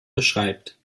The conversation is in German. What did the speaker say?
beschreibt